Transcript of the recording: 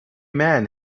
man